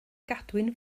gadwyn